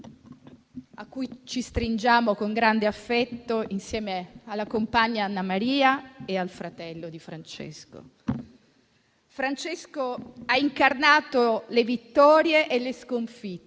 a cui ci stringiamo con grande affetto, insieme alla compagna Annamaria e al fratello di Francesco. Francesco ha incarnato le vittorie e le sconfitte,